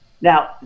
Now